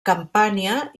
campània